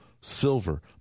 silver